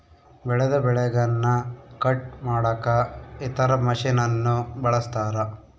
ಬೆಳೆದ ಬೆಳೆಗನ್ನ ಕಟ್ ಮಾಡಕ ಇತರ ಮಷಿನನ್ನು ಬಳಸ್ತಾರ